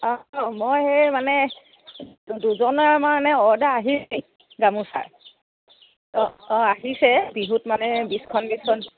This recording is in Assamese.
অঁ মই সেই মানে দুজনাৰ মানে অৰ্ডাৰ আহিছেই গামোচাৰ অঁ অঁ আহিছে বিহুত মানে বিছখন বিছখন